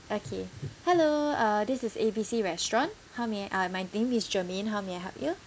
okay hello uh this is A B C restaurant how may I uh my name is germane how may I help you